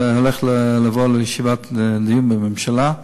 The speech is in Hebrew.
זה הולך לבוא לדיון בממשלה.